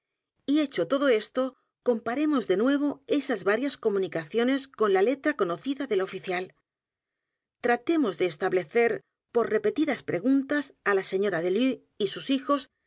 y hecho todo esto comparemos de nuevo esas varias comunicaciones con la letra conocida del oficial t r a t e m o s de establecer por repetidas p r e g u n t a s á la señora delue y sus hijos